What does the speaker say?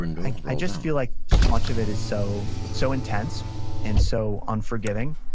i i just feel like so much of it is so so intense and so unforgiving,